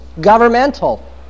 governmental